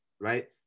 right